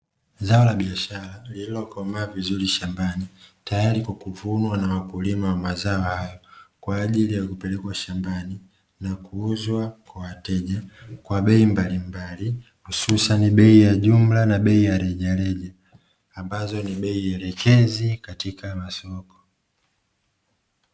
Zao la biashara lililokomaa vizuri shambani tayari kwa kuvunwa na wakulima wa mazao hayo kwa ajili ya kupelekwa shambani na kuuzwa kwa wateja kwa bei mbalimbali, hususani bei ya jumla na bei ya rejareja ambazo ni bei elekezi katika masoko.